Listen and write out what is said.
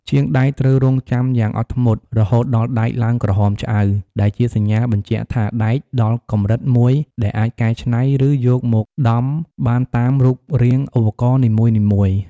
ជាងដែកត្រូវរង់ចាំយ៉ាងអត់ធ្មត់ រហូតដល់ដែកឡើងក្រហមឆ្អៅ ដែលជាសញ្ញាបញ្ជាក់ថាដែកដល់កម្រិតមួយដែលអាចកែច្នៃ ឬយកមកដំបានតាមរូបរាងឧបករណ៍នីមួយៗ។